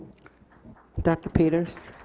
director peters.